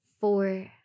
four